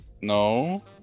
No